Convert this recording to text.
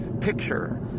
picture